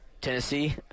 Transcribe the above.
Tennessee